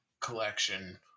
collection